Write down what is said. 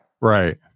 Right